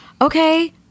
okay